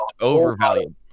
overvalued